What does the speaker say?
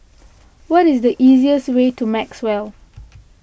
what is the easiest way to Maxwell